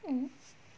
mm